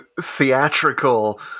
theatrical